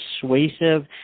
persuasive